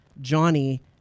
Johnny